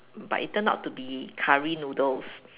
but it turned out to be curry noodles